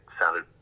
sounded